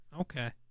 okay